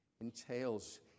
entails